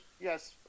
yes